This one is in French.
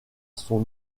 son